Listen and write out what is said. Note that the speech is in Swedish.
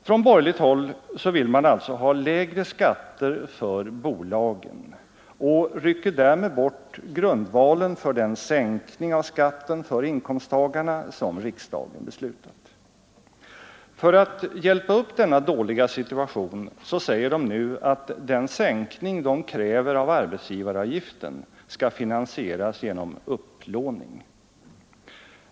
De borgerliga partierna vill alltså ha lägre skatter för bolagen och rycker därmed bort grundvalen för den sänkning av skatten för inkomsttagarna som riksdagen beslutat. För att hjälpa upp denna dåliga situation säger de nu att den sänkning de kräver av arbetsgivaravgiften skall finansieras genom upplåning.